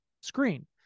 screen